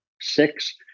six